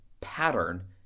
pattern